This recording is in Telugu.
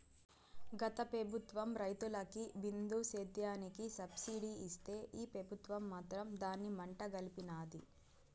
గత పెబుత్వం రైతులకి బిందు సేద్యానికి సబ్సిడీ ఇస్తే ఈ పెబుత్వం మాత్రం దాన్ని మంట గల్పినాది